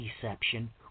deception